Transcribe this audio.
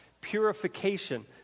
purification